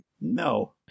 No